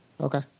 Okay